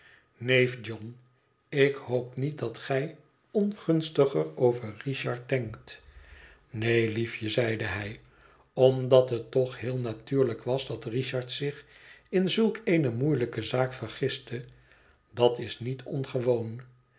neef john ik hoop niet dat gij ongunstiger over richard denkt neen liefje zeide hij omdat het toch heel natuurlijk was dat richard zich in zulk eene moeielijke zaak vergiste dat is niet ongewoon